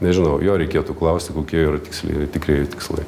nežinau jo reikėtų klausti kokie yra tikslieji tikrieji tikslai